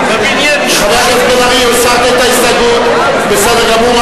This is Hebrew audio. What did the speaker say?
חבר הכנסת בן-ארי, הסרת את ההסתייגות, בסדר גמור.